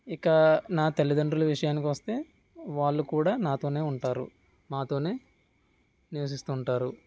ఇక నా తల్లిదండ్రుల విషయానికి వస్తే వాళ్ళు కూడా నాతోనే ఉంటారు మాతోనే నివసిస్తూ ఉంటారు